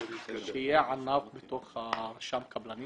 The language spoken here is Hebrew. עבד אל חכים חאג' יחיא (הרשימה המשותפת): שיהיה ענף בתוך רשם הקבלנים,